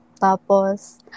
Tapos